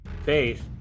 faith